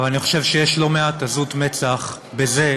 אבל אני חושב שיש לא מעט עזות מצח בזה,